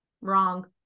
Wrong